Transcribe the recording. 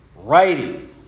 writing